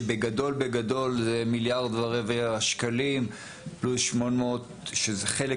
שבגדול בגדול זה מיליארד ורבע שקלים פלוס 800 חלק